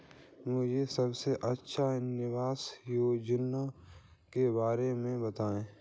मुझे सबसे अच्छी निवेश योजना के बारे में बताएँ?